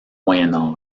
moyen